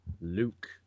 Luke